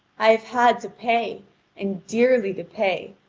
i have had to pay, and dearly to pay,